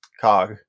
Cog